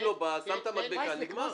אם לא היה, שמת מדבקה, נגמר.